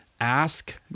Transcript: Ask